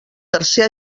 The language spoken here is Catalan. tercer